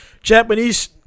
Japanese –